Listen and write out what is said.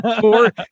Four